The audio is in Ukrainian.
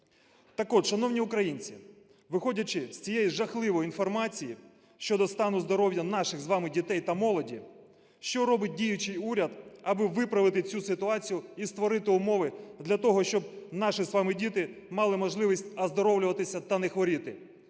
Так от, шановні українці, виходячи з цієї жахливої інформації щодо стану здоров'я наших з вами дітей та молоді, що робить діючий уряд, аби виправити цю ситуацію і створити умови для того, щоб наші з вами діти мали можливість оздоровлюватися та не хворіти?